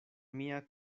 mia